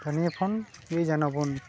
ᱱᱤᱭᱟᱹ ᱯᱷᱳᱱᱜᱮ ᱡᱮᱡᱚᱵᱚᱱ